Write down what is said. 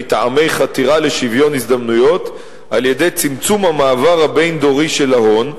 בטעמי חתירה לשוויון הזדמנויות על-ידי צמצום המעבר הבין-דורי של ההון,